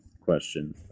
question